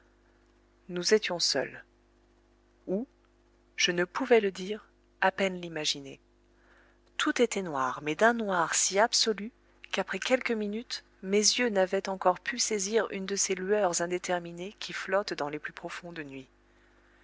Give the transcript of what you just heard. nous étions seuls où je ne pouvais le dire à peine l'imaginer tout était noir mais d'un noir si absolu qu'après quelques minutes mes yeux n'avaient encore pu saisir une de ces lueurs indéterminées qui flottent dans les plus profondes nuits